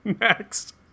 Next